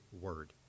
word